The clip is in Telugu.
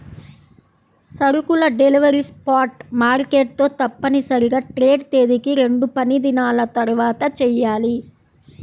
సరుకుల డెలివరీ స్పాట్ మార్కెట్ తో తప్పనిసరిగా ట్రేడ్ తేదీకి రెండుపనిదినాల తర్వాతచెయ్యాలి